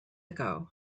ago